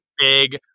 big